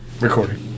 Recording